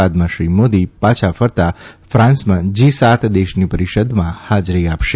બાદમાં શ્રી મોદી પાછા ફરતાં ફાન્સમાં જી સાત દેશની પરિષદમાં હાજરી આપશે